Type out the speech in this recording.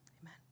amen